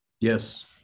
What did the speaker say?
Yes